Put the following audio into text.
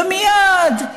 ומייד.